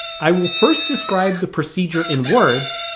i will first describe the procedure in words,